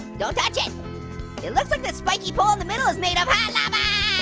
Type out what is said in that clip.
don't touch it! it looks like the spiky pole in the middle is made of hot lava!